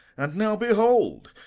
and now, behold,